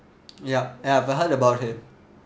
yup I've heard about it